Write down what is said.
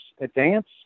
advance